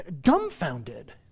dumbfounded